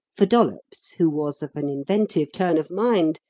for dollops, who was of an inventive turn of mind,